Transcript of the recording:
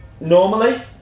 normally